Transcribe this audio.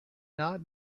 not